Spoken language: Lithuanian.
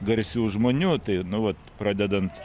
garsių žmonių tai nu vat pradedant